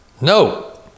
No